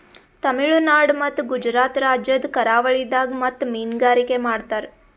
ತಮಿಳುನಾಡ್ ಮತ್ತ್ ಗುಜರಾತ್ ರಾಜ್ಯದ್ ಕರಾವಳಿದಾಗ್ ಮುತ್ತ್ ಮೀನ್ಗಾರಿಕೆ ಮಾಡ್ತರ್